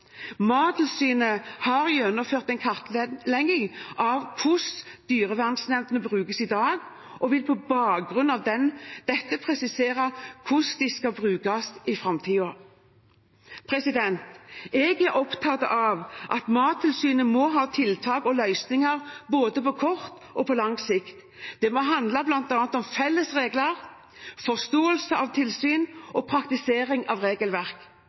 Mattilsynet har gjennomført en kartlegging av hvordan dyrevernnemndene brukes i dag, og vil på bakgrunn av dette presisere hvordan de skal brukes i framtiden. Jeg er opptatt av at Mattilsynet må ha tiltak og løsninger på både kort og lang sikt. Det må handle om bl.a. felles regler, forståelse av tilsyn og praktisering av regelverk.